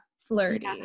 flirty